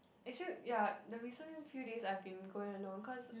actual ya the reason few days I have been going alone cause